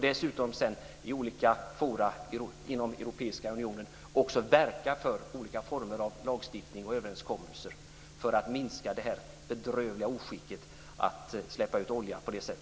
Dessutom ska man sedan i olika forum inom Europeiska unionen verka för olika former av lagstiftning och överenskommelser för att minska det bedrövliga oskicket att släppa ut olja på detta sätt.